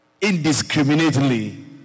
indiscriminately